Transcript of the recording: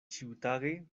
ĉiutage